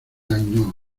ainhoa